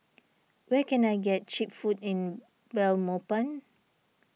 where can I get Cheap Food in Belmopan